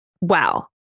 Wow